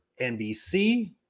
NBC